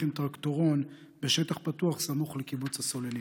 עם טרקטורון בשטח פתוח סמוך לקיבוץ הסוללים,